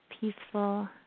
peaceful